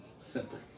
Simple